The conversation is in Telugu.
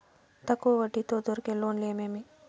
తక్కువ వడ్డీ తో దొరికే లోన్లు ఏమేమీ?